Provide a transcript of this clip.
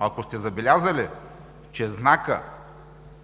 Ако сте забелязали, че знакът